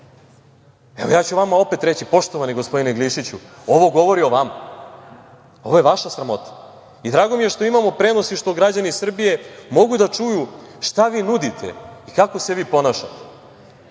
ću vama opet reći, poštovani gospodine Glišiću, ovo govori o vama, ovo je vaša sramota. Drago mi je što imamo prenos i što građani Srbije mogu da čuju šta vi nudite i kako se vi ponašate. Ja